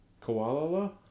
Koala